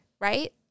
Right